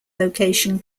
location